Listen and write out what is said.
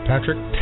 Patrick